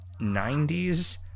90s